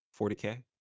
40K